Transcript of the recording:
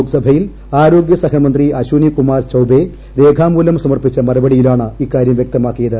ലോക്സഭയിൽ ആരോഗ്യ സഹമന്ത്രി അശ്വിനികുമാർ ചൌബേ രേഖാമൂലം സമർപ്പിച്ച മറുപടി യിലാണ് ഇക്കാര്യം വ്യക്തമാക്കിയത്